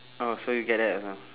orh so you get that also